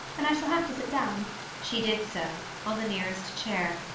and i shall have to sit down she did so, on the nearest chair,